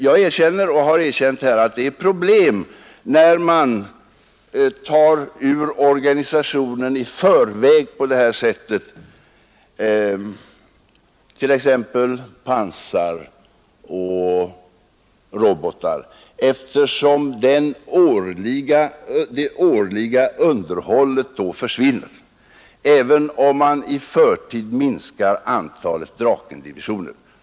Jag erkänner och har erkänt att det uppstår problem när man på det här sättet i förväg tar ur organisationen t.ex. pansar och robotar, eftersom det årliga underhållet då försvinner. Detta gäller även när man i förtid minskar antalet Drakendivisioner.